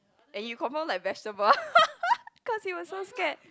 and you confirm like vegetable because you're so scared